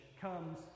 comes